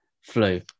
flu